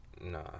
Nah